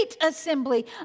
assembly